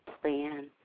plan